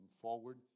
forward